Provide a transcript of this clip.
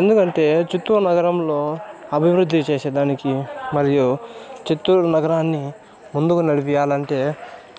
ఎందుకంటే చిత్తూరు నగరంలో అభివృద్ధి చేసేదానికి మరియు చిత్తూరు నగరాన్ని ముందుకు నడిపియ్యాలంటే